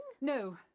No